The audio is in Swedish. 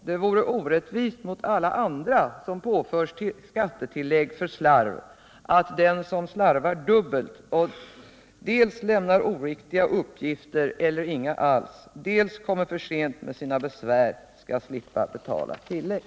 Det vore orättvist mot alla andra som påförs skattetillägg för slarv att den som slarvar dubbelt och dels lämnar oriktiga uppgifter eller inga uppgifter alls, dels kommer för sent med sina besvär skall slippa betala tillägg.